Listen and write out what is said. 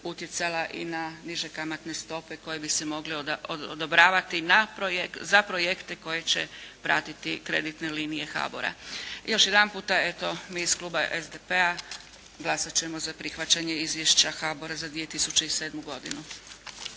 utjecala i na niže kamatne stope koje bi se mogle odobravati za projekte koje će pratiti kreditne linije HBOR-a. Još jedanput eto, mi iz kluba SDP-a glasat ćemo za prihvaćanje izvješća HBOR-a za 2007. godinu.